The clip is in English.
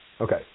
Okay